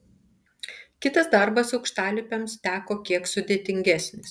kitas darbas aukštalipiams teko kiek sudėtingesnis